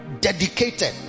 dedicated